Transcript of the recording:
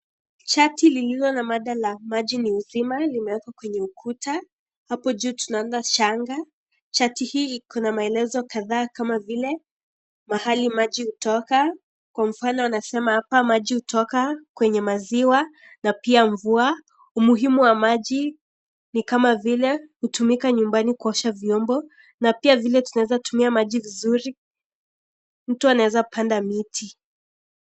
Shati liliyo na mada la maji ni uzima, limeekwa kwenye ukuta. Hapo juu tunaona shanga, shati hii iko na maelezo kadhaa kama vile mahali maji hutoka, kwa mfano wanasema hapa maji hutoka kwenye maziwa na pia mvua. Umuhimu wa maji ni kama vile hutumika nyumbani kuosha vyombo, na pia vile tunezatumia maji vizuri. Mtu aneza panda miti.